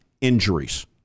Injuries